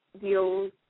deals